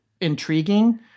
intriguing